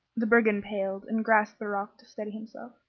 the brigand paled, and grasped the rock to steady himself.